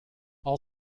all